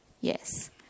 Yes